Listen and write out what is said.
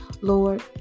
Lord